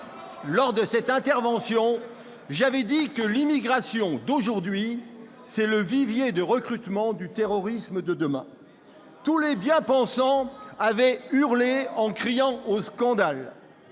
lors de cette même intervention, j'avais dit que l'immigration d'aujourd'hui, c'est le vivier de recrutement du terrorisme de demain. Tous les bien-pensants avaient alors hurlé en criant au scandale.